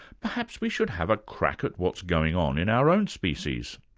perhaps we should have a crack at what's going on in our own species.